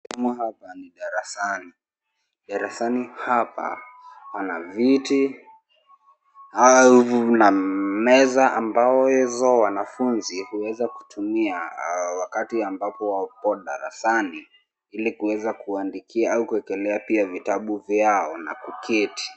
Humu hapa ni darasani. Darasani hapa pana viti na meza ambazo wanafunzi huweza kutumia wakati ambapo wapo darasani ili kuweza kuandikia au kuekelea pia vitabu vyao na kuketi.